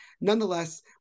nonetheless